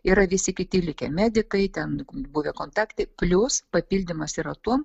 yra visi kiti likę medikai ten buvę kontaktai plius papildymas yra tuom